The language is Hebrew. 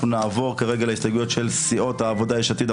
אנחנו נעבור להסתייגות מספר 5 של קבוצת ישראל ביתנו,